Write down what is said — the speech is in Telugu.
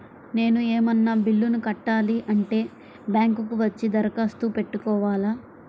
నేను ఏమన్నా బిల్లును కట్టాలి అంటే బ్యాంకు కు వచ్చి దరఖాస్తు పెట్టుకోవాలా?